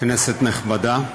כנסת נכבדה,